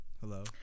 Hello